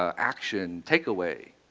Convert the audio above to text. ah action, take-away.